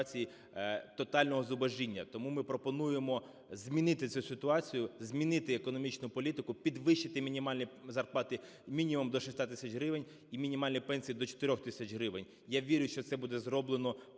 ситуації тотального зубожіння. Тому ми пропонуємо змінити цю ситуацію, змінити економічну політику, підвищити мінімальні заплати мінімум до 6 тисяч гривень і мінімальні пенсії до 4 тисяч гривень. Я вірю, що це буде зроблено